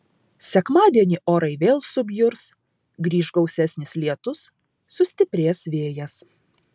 sekmadienį orai vėl subjurs grįš gausesnis lietus sustiprės vėjas